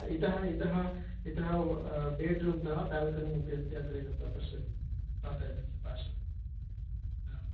इतः इतः इतः बेड्रूम्तः बेल्कनी अपि अस्ति अग्रे गत्वा पश्यतु वातायनस्य पार्श्वे हा